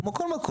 כמו כל מקום,